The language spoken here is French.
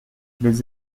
les